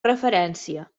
referència